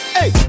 Hey